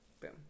Boom